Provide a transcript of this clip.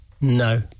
no